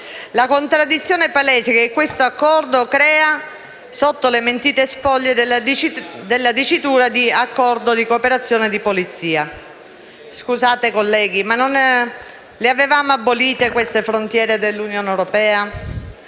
la contraddizione palese che l'Accordo crea sotto le mentite spoglie della dicitura di accordo di «cooperazione di polizia». Scusate colleghi, ma non avevamo abolito queste frontiere dell'Unione europea?